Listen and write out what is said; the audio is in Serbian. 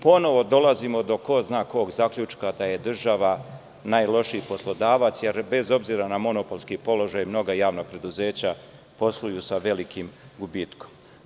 Ponovo dolazimo do ko zna kog zaključka, da je država najlošiji poslodavac, jer bez obzira na monopolski položaj, mnoga javna preduzeća posluju sa velikim gubitkom.